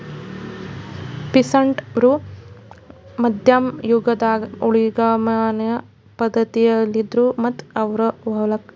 peasant ರು ಮಧ್ಯಮ್ ಯುಗದಾಗ್ ಊಳಿಗಮಾನ್ಯ ಪಧ್ಧತಿಯಲ್ಲಿದ್ರು ಮತ್ತ್ ಅವ್ರ್ ಹೊಲಕ್ಕ ಟ್ಯಾಕ್ಸ್ ಕಟ್ಟಿದ್ರು